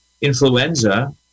influenza